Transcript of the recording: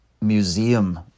museum